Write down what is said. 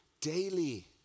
Daily